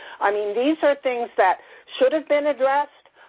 i mean these are things that should have been addressed.